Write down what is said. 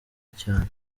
cyane